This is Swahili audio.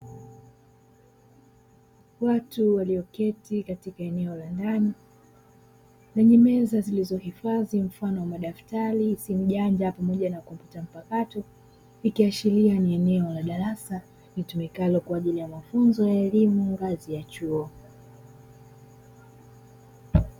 Watu waliyoketi katika eneo la ndani lenye meza zilizohifadhi mfano wa madaftari, simu janja pamoja na kompyuta mpakato, ikiashiria ni eneo la darasa litumikalo kwa ajili ya mafunzo ya elimu ngazi ya chuo.